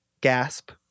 Gasp